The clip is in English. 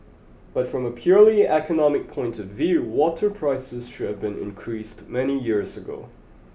but from a purely economic point of view water prices should have been increased many years ago